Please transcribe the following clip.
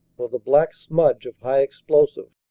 or the black smudge of high explosive.